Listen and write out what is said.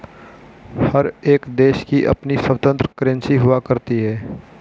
हर एक देश की अपनी स्वतन्त्र करेंसी हुआ करती है